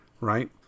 Right